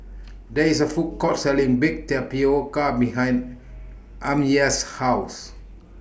There IS A Food Court Selling Baked Tapioca behind Amya's House